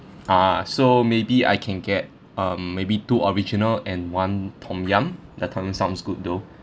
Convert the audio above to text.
ah so maybe I can get um maybe two original and one tom yum the tom yum sounds good though